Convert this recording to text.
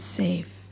safe